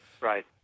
Right